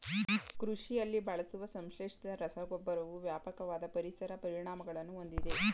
ಕೃಷಿಯಲ್ಲಿ ಬಳಸುವ ಸಂಶ್ಲೇಷಿತ ರಸಗೊಬ್ಬರವು ವ್ಯಾಪಕವಾದ ಪರಿಸರ ಪರಿಣಾಮಗಳನ್ನು ಹೊಂದಿದೆ